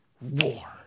war